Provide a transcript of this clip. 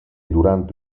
durante